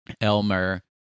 Elmer